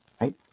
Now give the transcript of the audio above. right